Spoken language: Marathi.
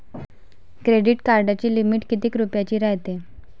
क्रेडिट कार्डाची लिमिट कितीक रुपयाची रायते?